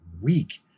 week